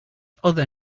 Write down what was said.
other